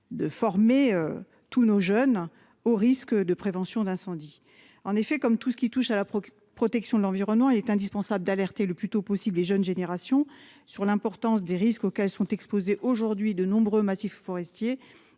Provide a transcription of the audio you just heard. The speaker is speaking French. de former. Tous nos jeunes au risque de prévention d'incendies. En effet, comme tout ce qui touche à la protection de l'environnement, il est indispensable d'alerter le plus tôt possible les jeunes générations sur l'importance des risques auxquels sont exposés aujourd'hui de nombreux massifs forestiers